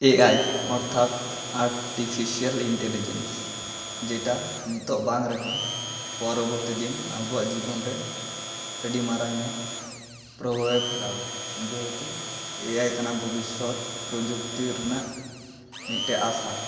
ᱮ ᱟᱭ ᱚᱨᱛᱷᱟᱛ artificial intelligence ᱡᱮᱴᱟ ᱱᱤᱛᱚᱜ ᱵᱟᱝ ᱨᱮᱦᱚᱸ ᱯᱚᱨᱚᱵᱚᱨᱛᱤ ᱫᱤᱱ ᱟᱵᱚᱣᱟᱜ ᱡᱤᱵᱚᱱᱨᱮ ᱟᱹᱰᱤ ᱢᱟᱨᱟᱝᱮ ᱯᱨᱚᱵᱷᱟᱵᱽᱮ ᱯᱷᱮᱞᱟᱣᱟ ᱡᱮᱦᱮᱛᱩ ᱮ ᱟᱭ ᱠᱟᱱᱟ ᱵᱷᱚᱵᱤᱥᱥᱚᱛ ᱯᱨᱚᱡᱩᱠᱛᱤ ᱨᱮᱱᱟᱜ ᱢᱤᱫᱴᱮᱱ ᱟᱥᱟ